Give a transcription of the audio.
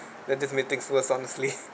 that just make things worse honestly